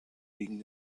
gegen